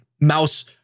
mouse